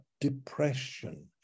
depression